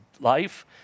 life